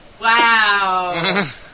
Wow